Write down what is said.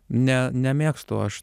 ne nemėgstu aš